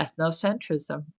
ethnocentrism